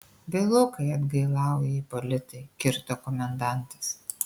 vėlokai atgailauji ipolitai kirto komendantas